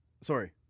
sorry